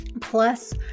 plus